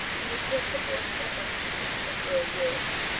and was sent to borstal institute for four years.